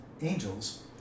angels